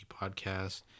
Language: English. Podcast